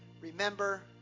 remember